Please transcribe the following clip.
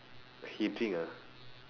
he drink ah